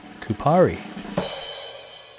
kupari